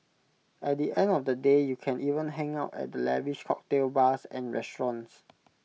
at the end of the day you can even hang out at the lavish cocktail bars and restaurants